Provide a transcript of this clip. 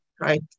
Right